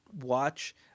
watch